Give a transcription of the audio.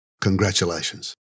Congratulations